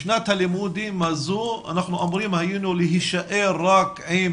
בשנת הלימודים הזו אנחנו אמורים היינו להישאר רק עם